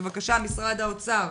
בבקשה, משרד האוצר.